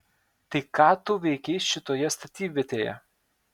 tai ką tu veikei šitoje statybvietėje